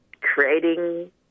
creating